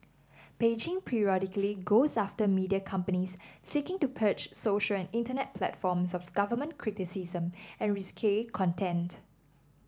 Beijing periodically goes after media companies seeking to purge social and internet platforms of government criticism and risque content